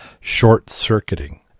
short-circuiting